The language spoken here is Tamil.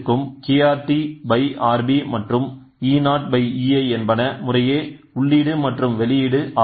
அனைத்து சர்க்யூட் க்கும் kRt Rb மற்றும் e0ei என்பன முறையே உள்ளீடு மற்றும் வெளியீடு ஆகும்